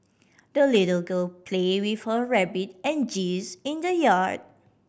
the little girl played with her rabbit and geese in the yard